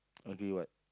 agree what